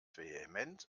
vehement